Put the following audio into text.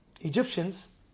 Egyptians